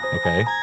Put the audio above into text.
Okay